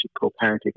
co-parenting